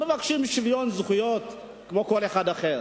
מבקשים שוויון זכויות כמו כל אחד אחר.